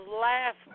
last